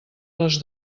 les